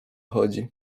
chodzi